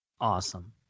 Awesome